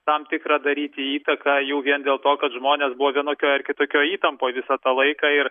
tam tikrą daryti įtaką jau vien dėl to kad žmonės buvo vienokioj ar kitokioj įtampoj visą tą laiką ir